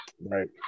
right